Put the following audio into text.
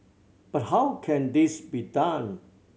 but how can this be done